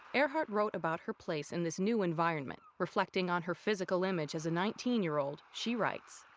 earhart wrote about her place in this new environment. reflecting on her physical image as a nineteen year old, she writes.